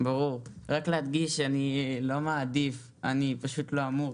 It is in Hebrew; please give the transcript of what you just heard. ברור, רק להדגיש שאני לא מעדיף, אני פשוט לא אמור.